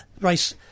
race